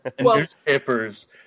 Newspapers